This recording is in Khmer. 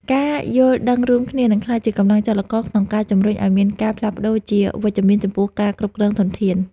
ការយល់ដឹងរួមគ្នានឹងក្លាយជាកម្លាំងចលករក្នុងការជំរុញឱ្យមានការផ្លាស់ប្តូរជាវិជ្ជមានចំពោះការគ្រប់គ្រងធនធាន។